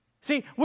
See